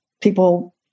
people